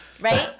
Right